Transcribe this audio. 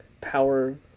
power